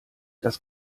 das